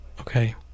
Okay